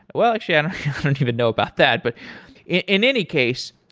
but well actually i don't even know about that, but in any case,